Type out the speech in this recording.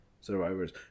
survivors